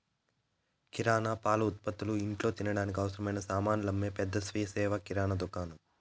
కిరణా, పాల ఉత్పతులు, ఇంట్లో తినడానికి అవసరమైన సామానులు అమ్మే పెద్ద స్వీయ సేవ కిరణా దుకాణం